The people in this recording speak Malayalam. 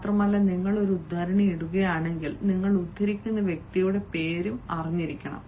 മാത്രമല്ല നിങ്ങൾ ഒരു ഉദ്ധരണി ഇടുകയാണെങ്കിൽ നിങ്ങൾ ഉദ്ധരിക്കുന്ന വ്യക്തിയുടെ പേരും അറിയണം